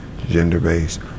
gender-based